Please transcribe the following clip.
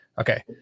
Okay